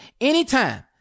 anytime